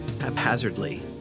haphazardly